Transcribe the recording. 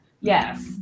Yes